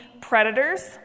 predators